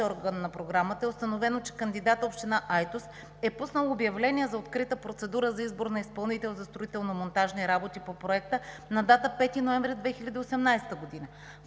орган на Програмата е установено, че кандидатът – община Айтос, е пуснал обявление за открита процедура за избор на изпълнител за строително-монтажни работи по Проекта на датата 5 ноември 2018 г.